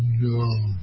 no